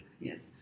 Yes